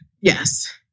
Yes